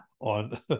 on